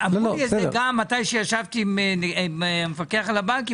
לי את זה גם כשישבתי עם המפקח על הבנקים,